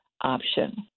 option